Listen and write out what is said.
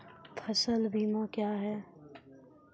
फसल बीमा क्या हैं?